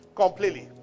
completely